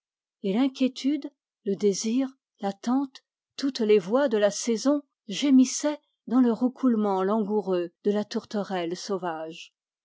et l'inquiétude le désir l'attente toutes les voix de la saison gémissaient dans le roucoulement langoureux de la tourterelle sauvage